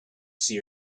seer